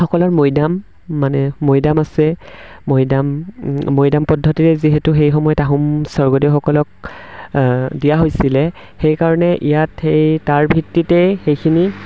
সকলৰ মৈদাম মানে মৈদাম আছে মৈদাম মৈদাম পদ্ধতিৰে যিহেতু সেই সময়ত আহোম স্বৰ্গদেউসকলক দিয়া হৈছিলে সেইকাৰণে ইয়াত সেই তাৰ ভিত্তিতেই সেইখিনি